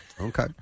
Okay